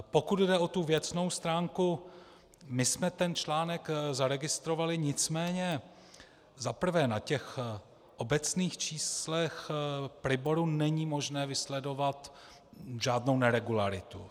Pokud jde o tu věcnou stránku, my jsme ten článek zaregistrovali, nicméně za prvé na těch obecných číslech Priboru není možné vysledovat žádnou neregularitu.